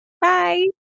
Bye